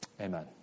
Amen